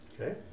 Okay